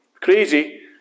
crazy